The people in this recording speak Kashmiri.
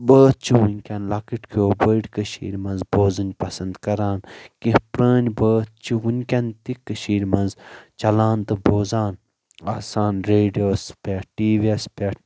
بٲتھ چھ وٕنکٮ۪ن لکٕٹۍ کٮ۪و بٔڑۍ کٔشیٖرِ منٛز بوزٕنۍ پسند کَران کینہہ پرٲنۍ بٲتھ چھِ وٕنکٮ۪ن تہِ کٔشیٖرِ منٛز چَلان تہٕ بوزان آسان ریڈووس پٮ۪ٹھ ٹی وی یس پٮ۪ٹھ